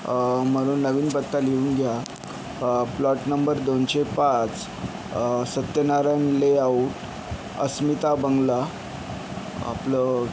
म्हणून नवीन पत्ता लिहून घ्या प्लॉट नंबर दोनशे पाच सत्यनारायन लेआउट अस्मिता बंगला आपलं